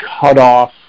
cutoff